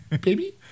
baby